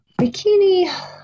Bikini